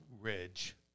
ridge